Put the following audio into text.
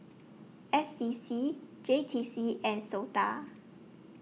S D C J T C and Sota